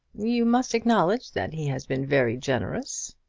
you must acknowledge that he has been very generous.